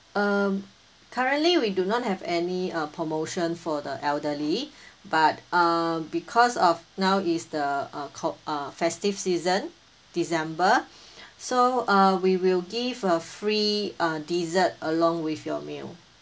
um currently we do not have any uh promotion for the elderly but uh because of now is the uh co~ uh festive season december so uh we will give a free uh dessert along with your meal